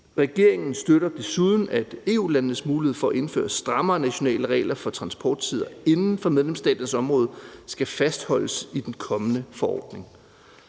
Regeringen støtter desuden, at EU-landenes mulighed for at indføre strammere nationale regler for transporttider inden for medlemsstaternes område skal fastholdes i den kommende forordning.